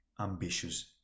ambitious